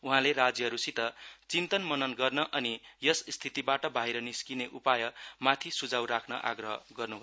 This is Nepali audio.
उहाँले राज्यहरूसित चिन्तन मनन गर्न अनि यस स्थितिबाट बाहिर निस्किने उपाय माथि सुजाव राख्न आग्रह गर्न् भएको छ